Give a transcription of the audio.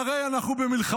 הרי אנחנו במלחמה,